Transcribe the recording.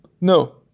No